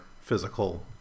physical